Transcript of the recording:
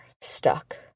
stuck